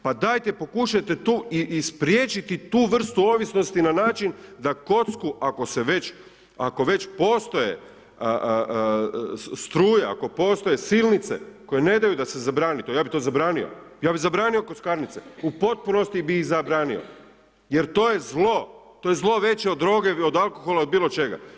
Pa dajte pokušajte tu i spriječiti tu vrstu ovisnosti na način da kocku ako se već postoje struja, ako postoje silnice koje ne daju da se zabrani to, ja bi to zabranio, ja bi zabranio kockarnice, u potpunosti bi ih zabranio jer to je zlo, to je zlo veće od droge i od alkohola i od biločega.